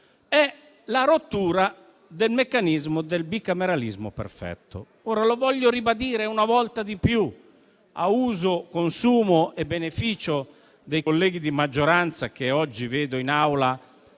è la rottura del meccanismo del bicameralismo perfetto. Ora, voglio ribadire un concetto una volta di più, a uso, consumo e beneficio dei colleghi di maggioranza che oggi vedo in Aula